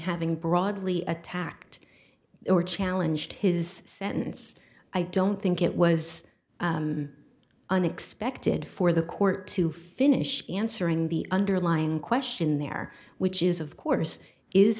having broadly attacked or challenge his sentence i don't think it was unexpected for the court to finish answering the underlying question there which is of course is